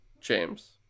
James